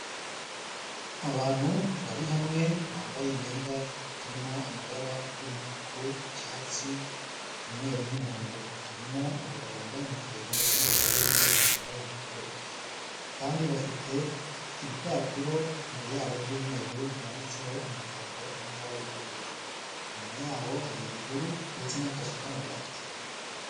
Abantu bari hamwe bambaye imyenda irimo amabara y'umutuku, icyatsi, umweru n'umuhondo, harimo abagabo bambaye ingofero ndetse n'abagore biteye ibitambaro mu mutwe kandi bafite ibipapuro imbere yabo by'umweru byanditseho amagambo ari mu ibara ry'ubururu, inyuma yabo hari ibihuru ndetse n'akazu k'amabati.